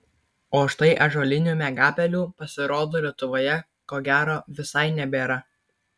o štai ąžuolinių miegapelių pasirodo lietuvoje ko gero visai nebėra